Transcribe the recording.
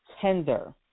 tender